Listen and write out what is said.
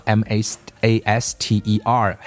m-a-s-t-e-r